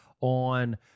on